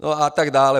A tak dále.